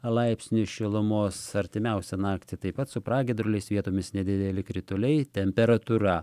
laipsnių šilumos artimiausią naktį taip pat su pragiedruliais vietomis nedideli krituliai temperatūra